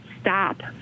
stop